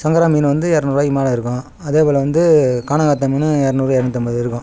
சங்கரா மீன் வந்து இரநூறுவாய்க்கு மேலே இருக்கும் அதே போல் வந்து கானாங்கத்தை மீனும் இரநூறு இரநூத்தம்பது இருக்கும்